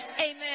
amen